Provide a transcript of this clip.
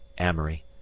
Amory